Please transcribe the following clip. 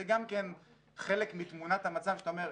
זה גם כן חלק מתמונת המצב שאתה אומר,